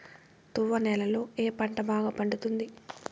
తువ్వ నేలలో ఏ పంట బాగా పండుతుంది?